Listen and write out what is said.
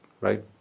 right